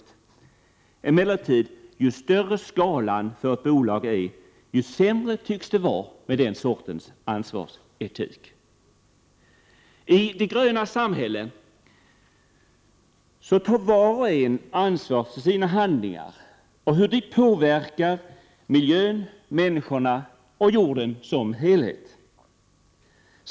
Det är emellertid så, att ju större skala ett bolag bedrivs i, desto sämre tycks det vara med den sortens ansvarsetik. I de grönas samhälle tar var och en ansvar för sina handlingar, och för hur de påverkar miljön, människorna och jorden som helhet.